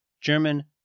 German